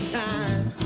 time